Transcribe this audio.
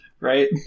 right